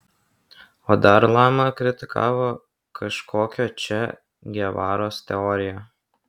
o dar lama kritikavo kažkokio če gevaros teoriją